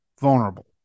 vulnerable